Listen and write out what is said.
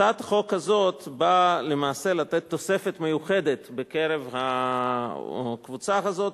הצעת החוק הזאת באה למעשה לתת תוספת מיוחדת בקרב הקבוצה הזאת,